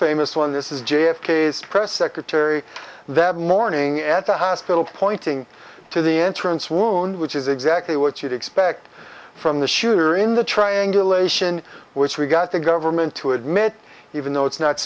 famous one this is j f k s press secretary that morning at the hospital pointing to the entrance wound which is exactly what you'd expect from the shooter in the triangulation which we got the government to admit even though it's not